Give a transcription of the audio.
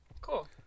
Cool